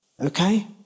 okay